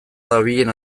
dabilen